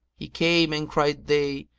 he came and cried they,